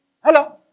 Hello